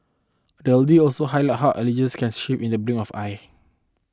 the O deal also highlights how allegiances can shift in the blink of eye